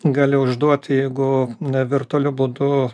gali užduot jeigu virtualiu būdu